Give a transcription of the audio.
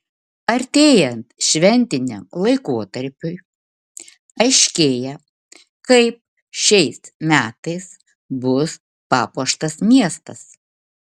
artėjant šventiniam laikotarpiui aiškėja kaip šiais metais bus papuoštas miestas